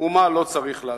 ומה לא צריך לעשות.